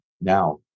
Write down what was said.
now